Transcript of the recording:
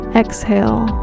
exhale